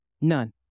None